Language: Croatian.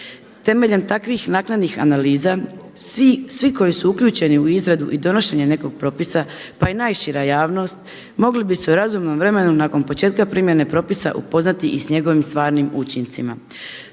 Temeljem takvih naknadnih analiza svi koji su uključeni u izradu i donošenje nekog propisa, pa i najšira javnost mogli bi se u razumnom vremenu nakon početka primjene propisa upoznati i s njegovim stvarnim učincima.